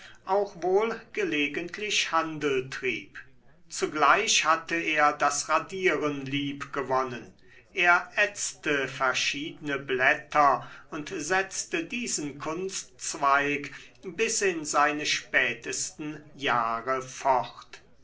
auch wohl gelegentlich handel trieb zugleich hatte er das radieren lieb gewonnen er ätzte verschiedene blätter und setzte diesen kunstzweig bis in seine spätesten jahre fort